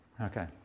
Okay